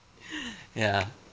ya